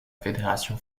fédération